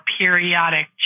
periodic